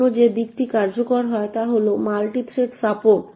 অন্য যে দিকটি কার্যকর হয় তা হল মাল্টিথ্রেড সাপোর্ট